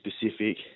specific